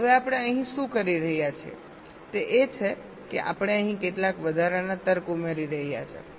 હવે આપણે અહીં શું કરી રહ્યા છીએ તે એ છે કે આપણે અહીં કેટલાક વધારાના તર્ક ઉમેરી રહ્યા છીએ